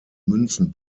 münzen